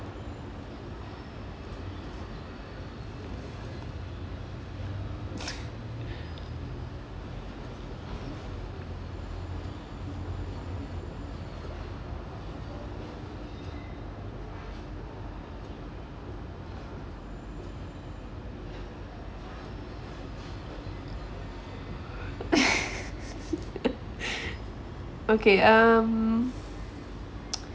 okay um